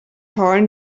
heulen